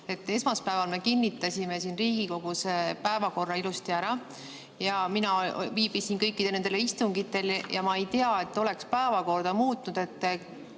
Esmaspäeval me kinnitasime siin Riigikogus päevakorra ilusti ära, mina viibisin kõikidel nendel istungitel ja ma ei tea, et oleks päevakorda muudetud.